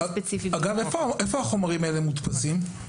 אגב, איפה ספרי הלימוד האלה מודפסים?